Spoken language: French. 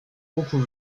beaucoup